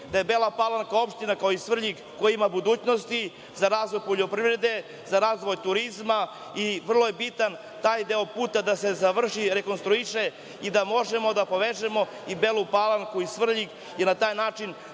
da je Bela Palanka opština kao i Svrljig koja ima budućnosti za razvoj poljoprivrede, za razvoj turizma i vrlo je bitno da se taj deo puta završi, rekonstruiše i da možemo da povežemo i Belu Palanku i Svrljig i da na taj način